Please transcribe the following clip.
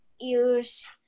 use